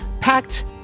packed